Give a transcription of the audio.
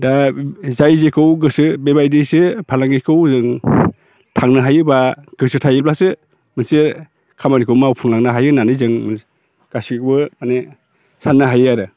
दा जाय जेखौ गोसो बेबायदिसो फालांगिखौ जों थांनो हायो बा गोसो थायोब्लासो मोनसे खामानिखौ मावफुंलांनो हायो होननानै जों गासैखौबो माने साननो हायो आरो